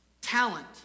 talent